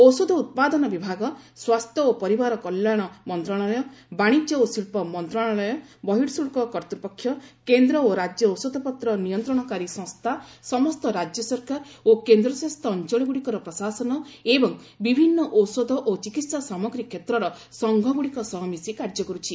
ଔଷଧ ଉତ୍ପାଦନ ବିଭାଗ' ସ୍ୱାସ୍ଥ୍ୟ ଓ ପରିବାର କଲ୍ୟାଣ ମନ୍ତ୍ରଣାଳୟ ବାଣିଜ୍ୟ ଓ ଶିଳ୍ପ ମନ୍ତ୍ରଣାଳୟ ବହିର୍ଗୁଳ୍କ କର୍ତ୍ତ୍ୱପକ୍ଷ କେନ୍ଦ୍ର ଓ ରାଜ୍ୟ ଔଷଧପତ୍ର ନିୟନ୍ତ୍ରଣକାରୀ ସଂସ୍ଥା ସମସ୍ତ ରାଜ୍ୟ ସରକାର ଓ କେନ୍ଦ୍ରଶାସିତ ଅଞ୍ଚଳଗୁଡ଼ିକର ପ୍ରଶାସନ ଏବଂ ବିଭିନ୍ନ ଔଷଧ ଓ ଚିକିତ୍ସା ସାମଗ୍ରୀ କ୍ଷେତ୍ରର ସଂଘଗୁଡ଼ିକ ସହ ମିଶି କାର୍ଯ୍ୟ କର୍ତ୍ଥିଛି